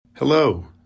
Hello